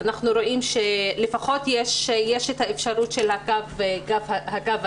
אנחנו רואים שלפחות יש את האפשרות של הקו השקט,